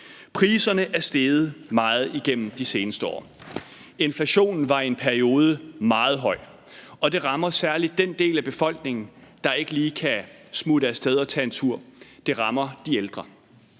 Priserne er steget meget igennem de seneste år. Inflationen var i en periode meget høj, og det rammer særlig den del af befolkningen, der ikke lige kan smutte af sted på en tur; det rammer de ældre